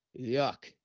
yuck